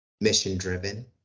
mission-driven